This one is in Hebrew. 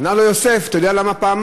ענה לו יוסף: אתה יודע למה פעמיים,